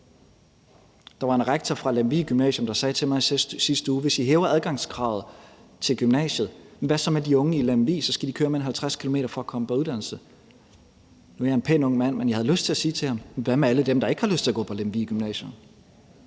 Der var en rektor fra Lemvig Gymnasium, der sagde til mig i sidste uge: Hvis I hæver adgangskravet til gymnasiet, hvad så med de unge i Lemvig? Så skal de køre mere end 50 km for at komme på uddannelse. Nu er jeg en pæn ung mand, men jeg havde lyst til at spørge ham: Hvad med alle dem, der ikke har lyst til at gå på Lemvig Gymnasium?